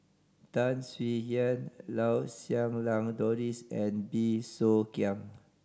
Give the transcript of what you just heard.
Tan Swie Hian Lau Siew Lang Doris and Bey Soo Khiang